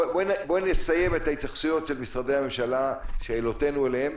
בואי ונסיים את ההתייחסויות של משרדי הממשלה לשאלותינו אליהם.